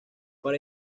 para